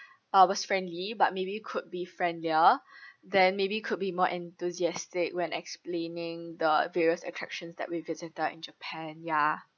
uh was friendly but maybe could be friendlier then maybe could be more enthusiastic when explaining the various attractions that we visited in japan ya